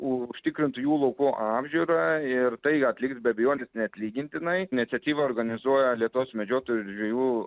užtikrintų jų laukų apžiūrą ir tai atliks be abejonės neatlygintinai iniciatyvą organizuoja lietuvos medžiotojų ir žvejų